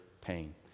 pain